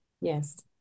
Yes